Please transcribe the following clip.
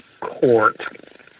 court